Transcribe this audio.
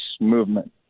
movement